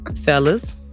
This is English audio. fellas